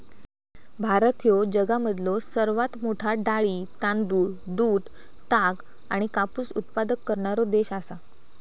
भारत ह्यो जगामधलो सर्वात मोठा डाळी, तांदूळ, दूध, ताग आणि कापूस उत्पादक करणारो देश आसा